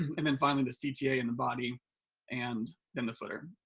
um and finally the cta in the body and then the footer.